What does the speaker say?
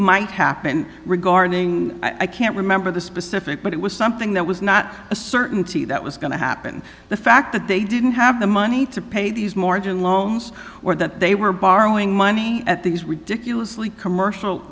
might happen regarding i can't remember the specifics but it was something that was not a certainty that was going to happen the fact that they didn't have the money to pay these margin loans or that they were borrowing money at these ridiculously commercial